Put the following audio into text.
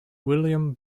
william